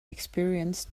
experienced